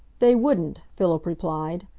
they wouldn't, philip replied.